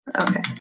Okay